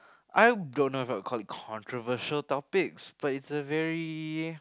I don't know if I'll call it controversial topics but it's a very